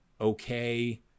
okay